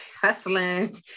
hustling